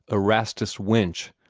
erastus winch,